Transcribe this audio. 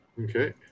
Okay